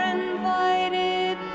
invited